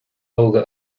óga